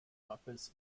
office